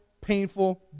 painful